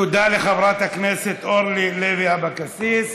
תודה לחברת הכנסת אורלי לוי אבקסיס.